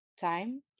time